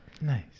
Nice